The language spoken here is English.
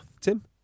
Tim